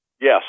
Yes